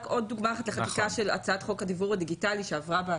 עוד דוגמה אחת לחקיקה של הצעת חוק הדיוור הדיגיטלי שעברה